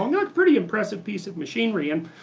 um pretty impressive piece of machinery and